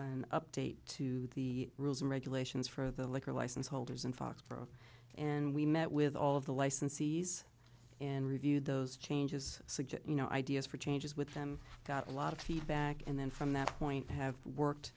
an update to the rules and regulations for the liquor license holders in foxborough and we met with all of the licensees and reviewed those changes suggest you know ideas for changes with them got a lot of feedback and then from that point have worked